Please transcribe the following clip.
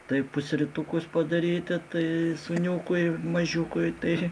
taip pusrytukus padaryti tai sūniukui mažiukui tai